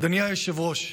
אדוני היושב-ראש,